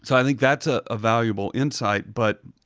so i think that's a valuable insight, but